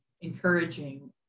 encouraging